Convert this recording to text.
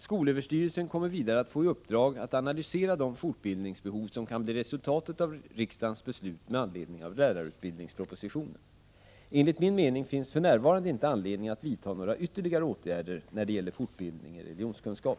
Skolöverstyrelsen kommer vidare att få i uppdrag att analysera de fortbildningsbehov som kan bli resultatet av riksdagens beslut med anledning av lärarutbildningspropositionen. Enligt min mening finns för närvarande inte anledning att vidta några ytterligare åtgärder när det gäller fortbildning i religionskunskap.